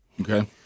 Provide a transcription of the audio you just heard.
Okay